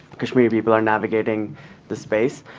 kashmiri people are navigating the space.